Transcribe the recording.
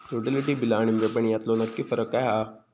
Utility बिला आणि payment यातलो नक्की फरक काय हा?